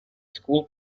school